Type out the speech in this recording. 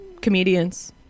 comedians